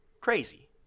crazy